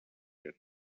your